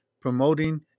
promoting